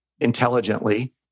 intelligently